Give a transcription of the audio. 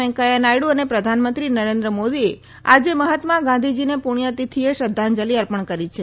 વેકૈયા નાયડુ અને પ્રધાનમંત્રી નરેન્દ્ર મોદીએ આજે મહાત્મા ગાંધીજીને પુણ્યતીથીએ શ્રધ્ધાંજલી અર્પણ કરી છે